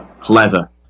clever